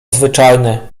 zwyczajne